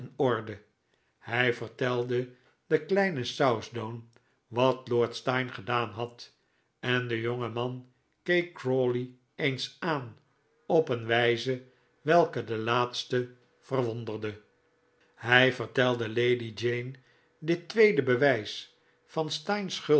orde hij vertelde den kleinen southdown wat lord steyne gedaan had en de jonge man keek crawley eens aan op een wijze welke de laatste verwonderde hij vertelde lady jane dit tweede bewijs van